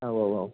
औ औ औ